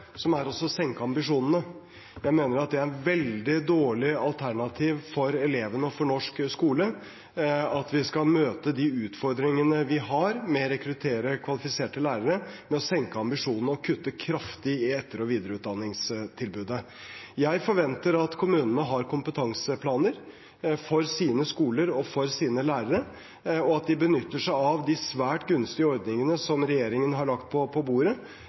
som er å senke ambisjonene. Jeg mener det er et veldig dårlig alternativ for elevene og for norsk skole å møte utfordringene vi har med å rekruttere kvalifiserte lærere, med å senke ambisjonene og kutte kraftig i etter- og videreutdanningstilbudet. Jeg forventer at kommunene har kompetanseplaner for sine skoler og sine lærere, og at de benytter seg av de svært gunstige ordningene regjeringen har lagt på bordet